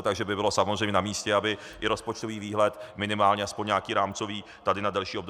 Takže by bylo samozřejmě namístě, aby i rozpočtový výhled minimálně aspoň nějaký rámcový tady na delší období byl.